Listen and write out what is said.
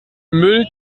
müll